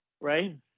Right